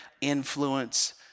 influence